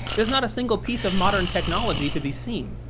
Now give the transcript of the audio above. there's not a single piece of modern technology to be seen.